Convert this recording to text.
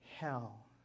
hell